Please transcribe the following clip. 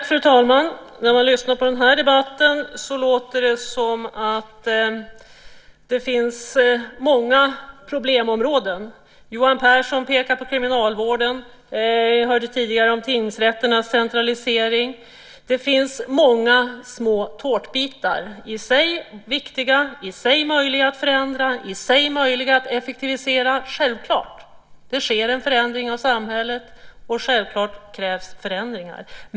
Fru talman! När man lyssnar på den här debatten hör man att det låter som om det finns många problemområden. Johan Pehrson pekar på kriminalvården. Jag hörde tidigare om tingsrätternas centralisering. Det finns många små tårtbitar, i sig viktiga, i sig möjliga att förändra, i sig möjliga att effektivisera. Självklart. Det sker en förändring av samhället och självklart krävs förändringar.